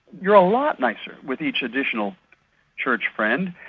you're a lot nicer with each additional church friend,